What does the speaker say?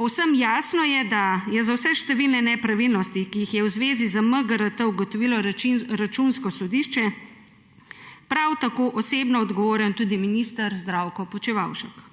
povsem jasno je, da je za vse številne nepravilnosti, ki jih je v zvezi z MGRT ugotovilo Računsko sodišče, prav tako osebno odgovoren tudi minister Zdravko Počivalšek.